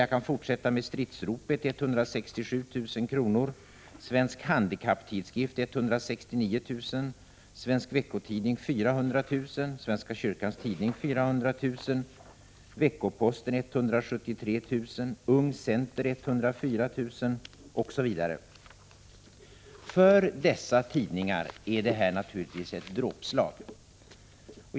Jag kan fortsätta: Stridsropet som förlorar 167 000 kr., Svensk Handikapptidskrift 169 000 kr., Svensk Veckotidning 400 000 kr., Svenska Kyrkans Tidning 400 000 kr., Veckoposten 173 000 kr. och Ung Center 104 000 kr. osv. För dessa tidningar är detta naturligtvis ett dråpslag.